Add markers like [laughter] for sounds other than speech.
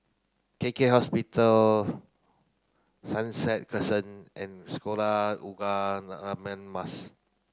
K K Hospital Sunset Crescent and Sekolah Ugama [unintelligible] Mas